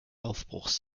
aufbruchs